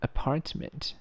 ，Apartment，